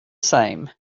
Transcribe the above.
same